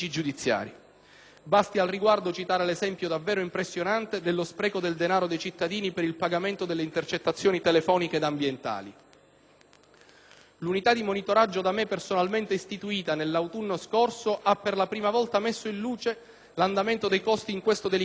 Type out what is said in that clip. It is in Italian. Basti al riguardo citare l'esempio, davvero impressionante, dello spreco del denaro dei cittadini per il pagamento delle intercettazioni telefoniche ed ambientali. L'unità di monitoraggio da me personalmente istituita nell'autunno scorso ha - per la prima volta - messo in luce l'andamento dei costi in questo delicato settore,